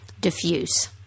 diffuse